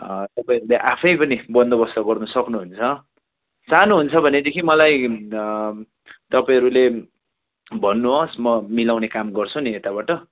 तपाईँहरूले आफै पनि बन्दोबस्त गर्नु सक्नु हुन्छ चाहनु हुन्छ भनेदेखि मलाई तपाईँहरूले भन्नु होस् म मिलाउने काम गर्छु नि यताबाट